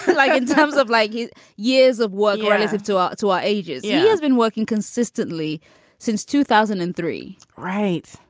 like in terms of like his years of work relative to our to our ages. yeah he has been working consistently since two thousand and three point right.